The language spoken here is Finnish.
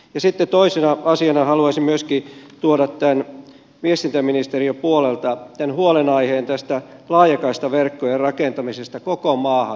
sitten toisena asiana haluaisin tuoda viestintäministeriön puolelta huolenaiheen laajakaistaverkkojen rakentamisesta koko maahan